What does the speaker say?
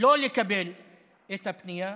לא לקבל את הפנייה